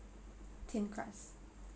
thin crust